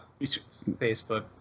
Facebook